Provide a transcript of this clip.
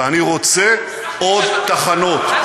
ואני רוצה עוד תחנות.